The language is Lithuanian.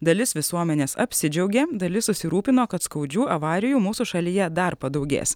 dalis visuomenės apsidžiaugė dalis susirūpino kad skaudžių avarijų mūsų šalyje dar padaugės